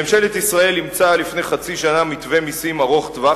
ממשלת ישראל אימצה לפני חצי שנה מתווה מסים ארוך טווח,